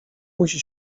musi